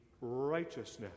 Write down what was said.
righteousness